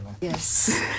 Yes